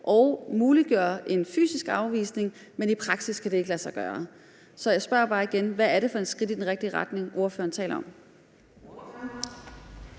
vil muliggøre en fysisk afvisning – men i praksis kan det ikke lade sig gøre. Så jeg spørger bare igen: Hvad er det for et skridt i den rigtige retning, som ordføreren taler om?